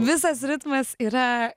visas ritmas yra